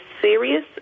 serious